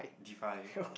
define